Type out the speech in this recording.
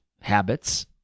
habits